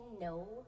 no